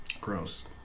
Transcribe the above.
Gross